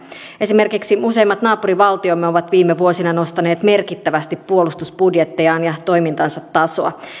esimerkiksi useimmat naapurivaltiomme ovat viime vuosina nostaneet merkittävästi puolustusbudjettejaan ja toimintansa tasoa